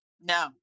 no